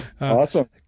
Awesome